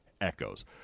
Echoes